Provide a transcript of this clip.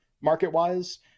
market-wise